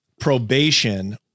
probation